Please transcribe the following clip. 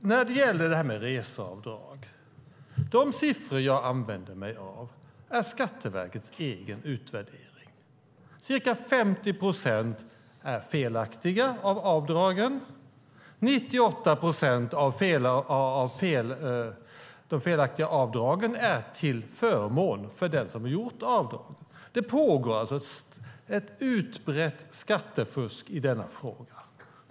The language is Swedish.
Beträffande reseavdrag: De siffror jag använde mig av kommer från Skatteverkets egen utvärdering. Ca 50 procent av avdragen är felaktiga, och 98 procent av de felaktiga avdragen är till förmån för den som har gjort avdragen. Det pågår alltså ett utbrett skattefusk i den här frågan.